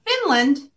Finland